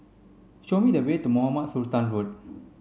show me the way to Mohamed Sultan Road